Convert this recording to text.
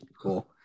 Cool